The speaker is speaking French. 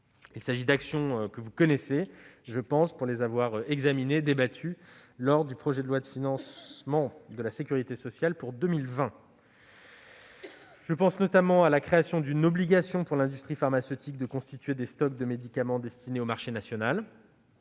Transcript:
Il s'agit d'actions que vous connaissez pour les avoir examinées lors du projet de loi de financement de la sécurité sociale pour 2020. Je pense notamment à la création d'une obligation pour l'industrie pharmaceutique de constituer des stocks de médicaments destinés au marché national.